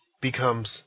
becomes